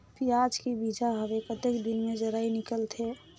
पियाज के बीजा हवे कतेक दिन मे जराई निकलथे?